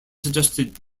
suggested